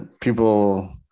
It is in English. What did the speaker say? people